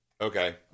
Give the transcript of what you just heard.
Okay